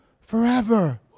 forever